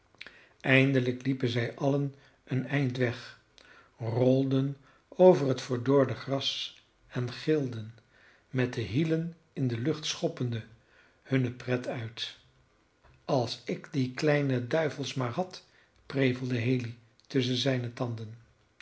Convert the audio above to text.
eindelijk liepen zij allen een eind weg rolden over het verdorde gras en gilden met de hielen in de lucht schoppende hunne pret uit als ik die kleine duivels maar had prevelde haley tusschen zijne tanden